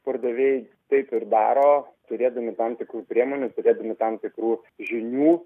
pardavėjai taip ir daro turėdami tam tikrų priemonių turėdami tam tikrų žinių